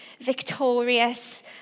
victorious